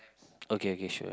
okay okay sure